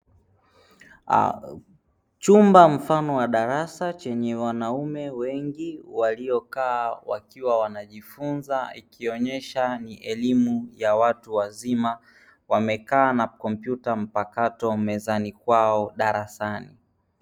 Chumba mfano wa darasa chenye wanaume wengi waliokaa wakiwa wanajifunza, ikionesha ni elimu ya watu wazima wamekaa na kompyuta mpakato mezani kwao darasani.